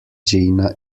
gina